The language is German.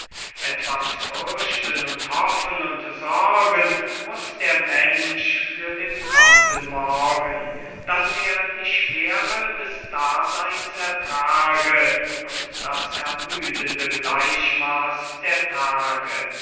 etwas fürchten und hoffen und sorgen muß der mensch für den kommenden morgen daß er die schwere des daseins ertrage und das ermüdende gleichmaß der tage